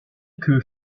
que